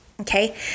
Okay